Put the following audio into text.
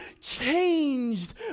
changed